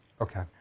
okay